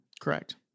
Correct